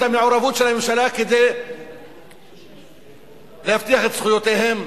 המעורבות של הממשלה כדי להבטיח את זכויותיהם.